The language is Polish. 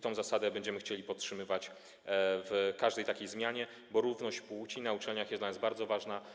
Tę zasadę będziemy chcieli podtrzymywać w przypadku każdej takiej zmiany, bo równość płci na uczelniach jest dla nas bardzo ważna.